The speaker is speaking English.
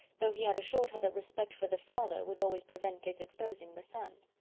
though he had assured her that respect for the father would always prevent his exposing the son.